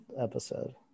episode